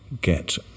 get